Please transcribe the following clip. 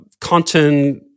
content